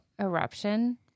eruption